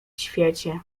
świecie